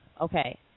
Okay